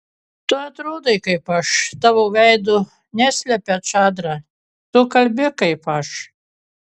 tu atrodai kaip aš tavo veido neslepia čadra tu kalbi kaip aš